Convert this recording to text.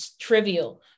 trivial